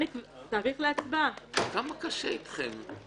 כמה קשה אתכם.